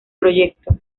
proyecto